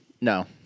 No